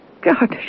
God